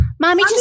Mommy